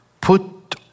Put